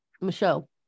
Michelle